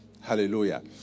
Hallelujah